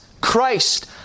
Christ